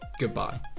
Goodbye